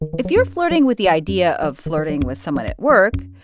if you're flirting with the idea of flirting with someone at work,